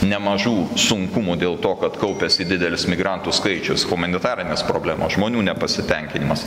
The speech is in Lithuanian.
nemažų sunkumų dėl to kad kaupiasi didelis migrantų skaičius humanitarinės problemos žmonių nepasitenkinimas